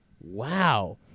Wow